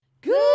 Good